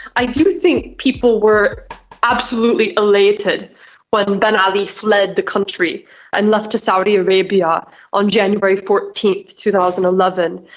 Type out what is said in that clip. i do think people were absolutely elated when ben ali fled the country and left to saudi arabia on january fourteen, two thousand and eleven.